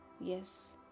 yes